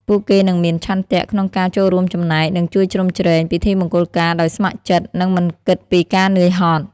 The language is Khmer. ពួកគេនឹងមាន ឆន្ទៈ ក្នុងការចូលរួមចំណែក និង ជួយជ្រោមជ្រែង ពិធីមង្គលការដោយស្ម័គ្រចិត្ត និងមិនគិតពីការនឿយហត់។